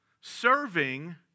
Serving